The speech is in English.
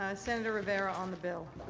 senator rivera on the bill.